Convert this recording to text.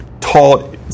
taught